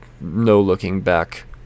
no-looking-back